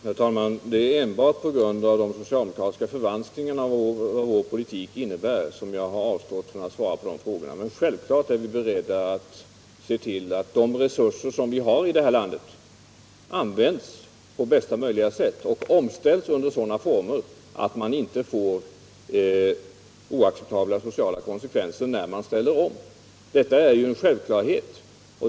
Herr talman! Det är enbart på grund av de socialdemokratiska förvanskningarna av vad vår politik innebär som jag har avstått från att svara på de här frågorna. Men självfallet är vi beredda att se till att de resurser som vi har här i landet används på bästa möjliga sätt och omställs under sådana former att man inte får oacceptabla sociala konsekvenser. Detta är ju en självklarhet.